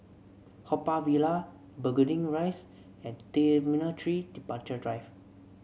Haw Par Villa Burgundy Rise and T Three Departure Drive